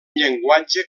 llenguatge